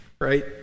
right